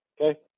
okay